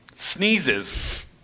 sneezes